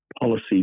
policy